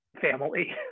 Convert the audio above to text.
family